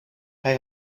hij